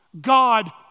God